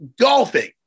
golfing